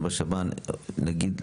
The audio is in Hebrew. בשב"ן נגיד?